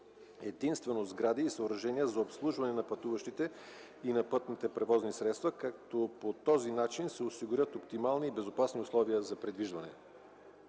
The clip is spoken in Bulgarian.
единствено сгради и съоръжения за обслужване на пътуващите и на пътните превозни средства, като по този начин се осигурят оптимални и безопасни условия за придвижване.